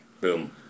Boom